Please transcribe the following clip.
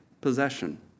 possession